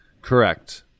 Correct